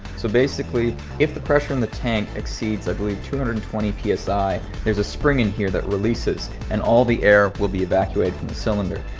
so basically if the pressure in the tank exceeds i believe two hundred and twenty ah psi there's a spring in here that releases and all the air will be evacuated from the cylinder.